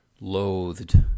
loathed